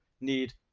need